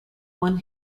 one